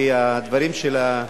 כי הדברים שלה,